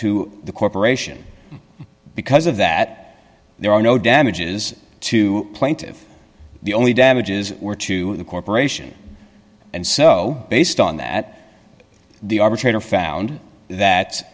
to the corporation because of that there are no damages to plaintive the only damages were to the corporation and so based on that the arbitrator found that